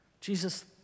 Jesus